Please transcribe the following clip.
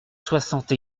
soixante